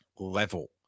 level